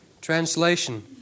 Translation